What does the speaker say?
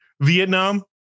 vietnam